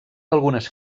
algunes